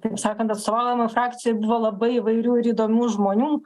taip sakant atstovaujamoj frakcijoj buvo labai įvairių ir įdomių žmonių